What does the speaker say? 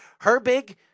Herbig